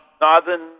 Northern